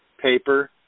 paper